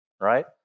right